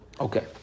Okay